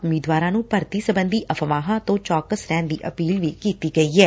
ਉਮੀਦਵਾਰਾਂ ਨੂੰ ਭਰਤੀ ਸਬੰਧੀ ਅਫਵਾਹਾਂ ਤੋਂ ਸਾਵਧਾਨ ਰੱਖਣ ਦੀ ਅਪੀਲ ਕੀਤੀ ਗਈ ਐ